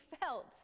felt